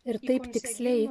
ir taip tiksliai